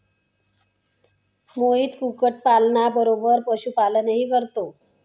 मोहित कुक्कुटपालना बरोबर पशुपालनही करतो